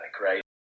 right